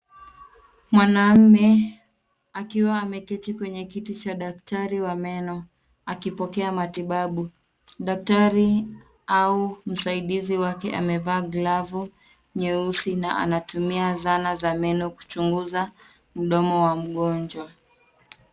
Mwanaume akiwa ameketi kwenye kiti cha daktari wa meno, akipokea matibabu. Daktari au msaidizi wake amevaa glavu nyeusi na anatumia zana za meno kuchunguza mdomo wa mgonjwa.